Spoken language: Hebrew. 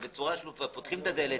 - בצורה שלופה, פותחים את הדלת.